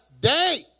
day